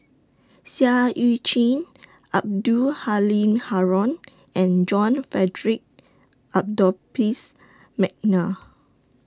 Seah EU Chin Abdul Halim Haron and John Frederick Adore Piss Mcnair